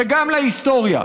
וגם להיסטוריה,